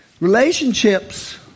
relationships